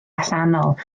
allanol